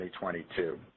2022